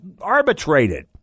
arbitrated